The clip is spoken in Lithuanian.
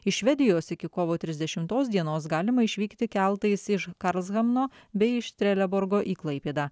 iš švedijos iki kovo trisdešimtos dienos galima išvykti keltais iš karlshamno bei iš treleborgo į klaipėdą